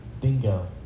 bingo